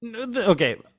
okay